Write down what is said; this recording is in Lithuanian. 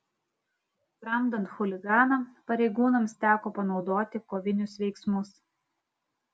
tramdant chuliganą pareigūnams teko panaudoti kovinius veiksmus